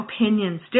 opinions